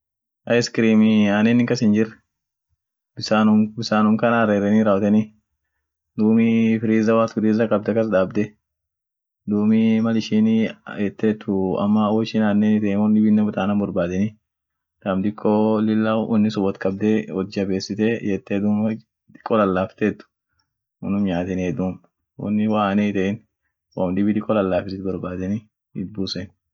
Ovacadonii ak tumieten mugu tan ovacado dursa sagale daabeni bukiseni raawoteni lafiit chireni duubatanii irdaabenie, lafiit chireni dubatan irnekenie sagalean nyaatenie ama rigenifa saa dibi, sagaluma. akum bisaani isiinen dukenie ak juisi midaaseni akas dugenie amo mar biri chireni raawoteni sagale irneketen